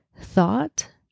thought